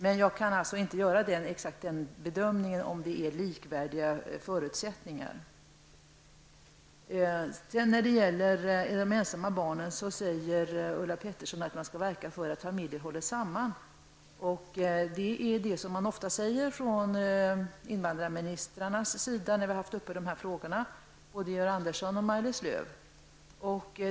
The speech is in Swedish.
Men jag kan inte bedöma om det är fråga om likvärdiga förutsättningar. När det gäller de ensamma barnen säger Ulla Pettersson att man skall verka för att familjer hålls samman. Detta är något som de olika invandrarministrarna har sagt när dessa frågor varit uppe till debatt, och det gäller både Georg Andersson Maj-Lis Lööw.